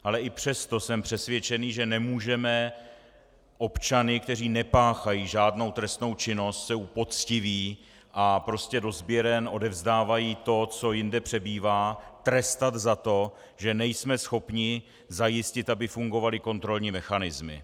Ale i přesto jsem přesvědčen, že nemůžeme občany, kteří nepáchají žádnou trestnou činnost, jsou poctiví a prostě do sběren odevzdávají to, co jinde přebývá, trestat za to, že nejsme schopni zajistit, aby fungovaly kontrolní mechanismy.